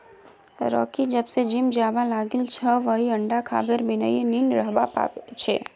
Rocky जब स gym जाबा लागिल छ वइ अंडा खबार बिनइ नी रहबा पा छै